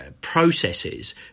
processes